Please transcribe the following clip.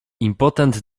impotent